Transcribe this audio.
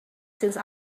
since